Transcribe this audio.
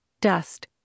dust